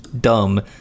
dumb